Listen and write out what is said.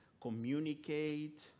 communicate